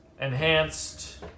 Enhanced